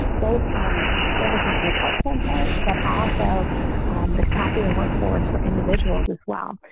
both from services and support standpoint, but also the capacity of the workforce for individuals as well,